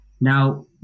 Now